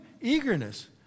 eagerness